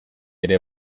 ere